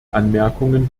anmerkungen